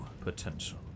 potential